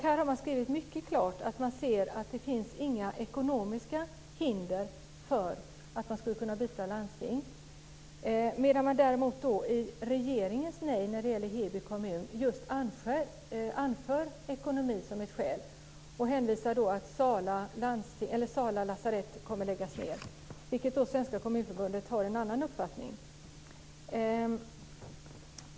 Här skrivs mycket klart att det inte finns några ekonomiska hinder för att byta landsting, medan man i regeringens nej när det gäller Heby kommun just anför ekonomin som ett skäl och hänvisar till att Sala lasarett kommer att läggas ned. Där har Svenska Kommunförbundet en annan uppfattning.